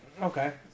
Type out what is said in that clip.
Okay